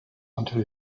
until